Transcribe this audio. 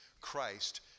Christ